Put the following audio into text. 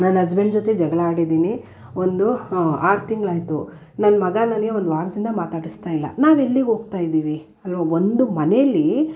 ನನ್ನ ಹಸ್ಬೆಂಡ್ ಜೊತೆ ಜಗಳಾಡಿದ್ದೀನಿ ಒಂದು ಆರು ತಿಂಗಳಾಯಿತು ನನ್ನ ಮಗ ನನಗೆ ಒಂದು ವಾರದಿಂದ ಮಾತಾಡಿಸ್ತಾಯಿಲ್ಲ ನಾವು ಎಲ್ಲಿಗೆ ಹೋಗ್ತಾಯಿದ್ದೀವಿ ಅಲ್ವ ಒಂದು ಮನೇಲಿ